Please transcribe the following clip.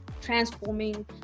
transforming